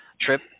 Trip